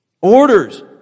Orders